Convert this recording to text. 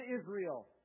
Israel